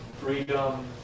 freedom